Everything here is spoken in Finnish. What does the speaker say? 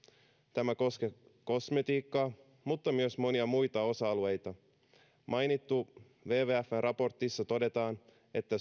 tämä koskee kosmetiikkaa mutta myös monia muita osa alueita mainitussa wwfn raportissa todetaan että